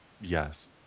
yes